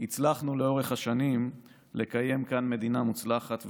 הצלחנו לאורך השנים לקיים כאן מדינה מוצלחת,